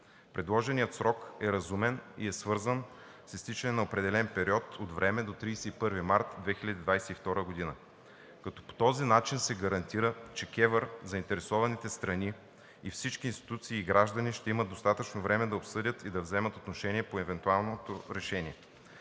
Предложеният срок е разумен и е свързан с изтичане на определен период от време до 31 март 2022 г., като по този начин се гарантира, че КЕВР, заинтересованите страни и всички институции и граждани ще имат достатъчно време да обсъдят и вземат отношение по евентуалното решение.